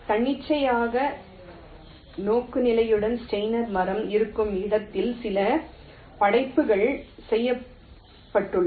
தன்னிச்சையான நோக்குநிலையுடன் ஸ்டெய்னர் மரம் இருக்கும் இடத்தில் சில படைப்புகள் செய்யப்பட்டுள்ளன